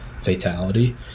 fatality